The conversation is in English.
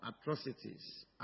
atrocities